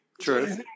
True